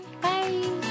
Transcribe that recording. Bye